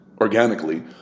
organically